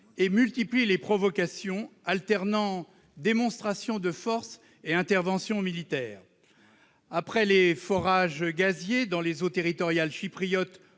et multiplie les provocations, alternant démonstrations de force et interventions militaires. Après les forages gaziers dans les eaux territoriales chypriotes